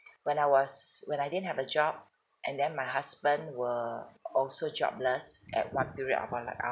when I was when I didn't have a job and then my husband were also jobless at one period of our like our